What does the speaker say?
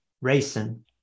racing